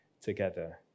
together